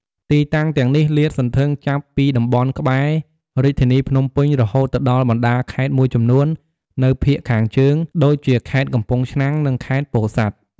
ទីតាំងទាំងនេះលាតសន្ធឹងចាប់ពីតំបន់ក្បែរ រាជធានីភ្នំពេញ រហូតទៅដល់បណ្តាខេត្តមួយចំនួននៅភាគខាងជើងដូចជា ខេត្តកំពង់ឆ្នាំង និង ខេត្តពោធិ៍សាត់។